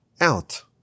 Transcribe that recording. out